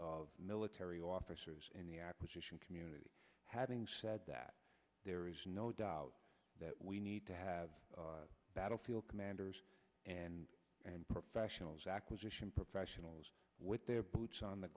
of military officers in the acquisition community having said that there is no doubt that we need to have battlefield commanders and professionals acquisition professionals with their boots on the